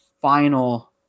final